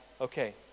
okay